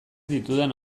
ditudan